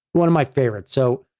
one of my favorites. so,